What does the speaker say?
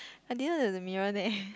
I didn't know there's a mirror there